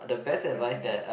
okay